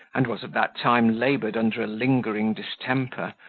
and was at that time laboured under a lingering distemper,